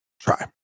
Try